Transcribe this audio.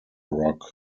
rock